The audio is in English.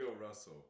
Russell